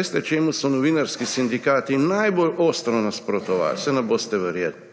Veste, čemu so novinarski sindikati najbolj ostro nasprotovali? Saj ne boste verjeli